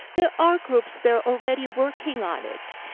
there are groups there already working on it.